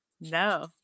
No